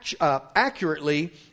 accurately